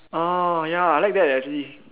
ya I like that actually